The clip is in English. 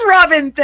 Robin